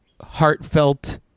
heartfelt